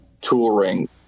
touring